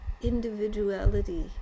individuality